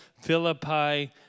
Philippi